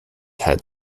had